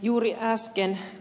juuri äsken ed